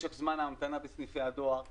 משך זמן ההמתנה בסניפי הדואר יתקצר,